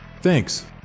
Thanks